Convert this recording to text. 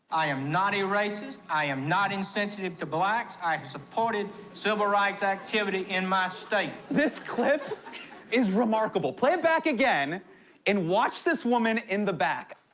i am not a racist. i am not insensitive to blacks. i have supported civil rights activity in my state. this clip is remarkable. play it back again and watch this woman in the back.